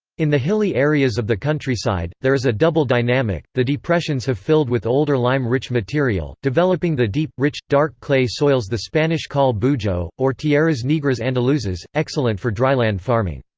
in the hilly areas of the countryside, there is a double dynamic the depressions have filled with older lime-rich material, developing the deep, rich, dark clay soils the spanish call bujeo, or tierras negras andaluzas, excellent for dryland farming.